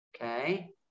okay